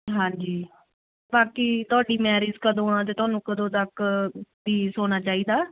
ਹਾਂਜੀ ਬਾਕੀ ਤੁਹਾਡੀ ਮੈਰਿਜ ਕਦੋਂ ਆਂ ਜਾਂ ਤੁਹਾਨੂੰ ਕਦੋਂ ਤੱਕ ਵੀ ਸੋਨਾ ਚਾਈਦਾ